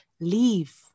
leave